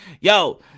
Yo